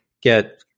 get